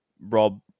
Rob